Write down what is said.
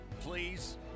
please